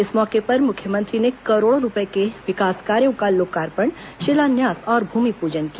इस मौके पर मुख्यमंत्री ने करोड़ों रूपए के विकास कार्यो का लोकार्पण शिलान्यास और भूमिपूजन किया